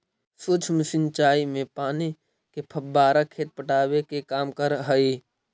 सूक्ष्म सिंचाई में पानी के फव्वारा खेत पटावे के काम करऽ हइ